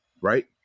right